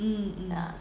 mmhmm